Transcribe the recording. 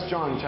John